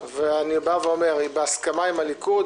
היא בהסכמה עם הליכוד,